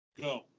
Go